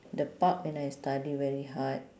the part when I study very hard